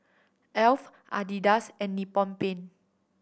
Alf Adidas and Nippon Paint